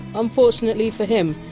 unfortunately for him,